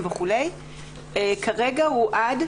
שבוע טוב.